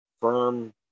firm